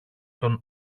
τον